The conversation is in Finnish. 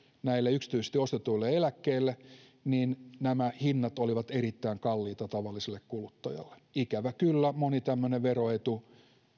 näille yksityisesti ostetuille eläkkeille niin nämä hinnat olivat erittäin kalliita tavalliselle kuluttajalle ikävä kyllä moni tämmöinen veroetu